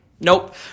Nope